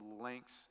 lengths